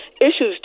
issues